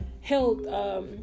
health